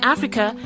Africa